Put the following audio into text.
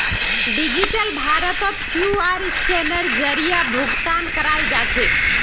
digital भारतत QR scanner जरीए भुकतान कराल जाछेक